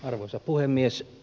arvoisa puhemies